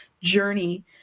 Journey